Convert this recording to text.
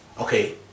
Okay